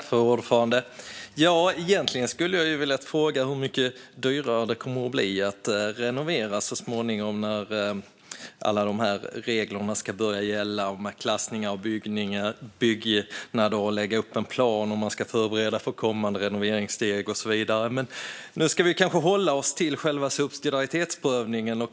Fru talman! Egentligen skulle jag vilja fråga hur mycket dyrare det kommer att bli att renovera så småningom när alla dessa regler om klassning av byggnader ska börja gälla. Man ska lägga upp en plan, förbereda för kommande renoveringssteg och så vidare. Men vi ska kanske hålla oss till själva subsidiaritetsprövningen.